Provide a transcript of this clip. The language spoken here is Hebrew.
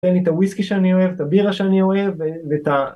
תן לי את הוויסקי שאני אוהב, את הבירה שאני אוהב ואת ה...